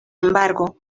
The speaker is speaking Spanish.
embargo